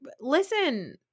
listen